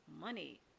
Money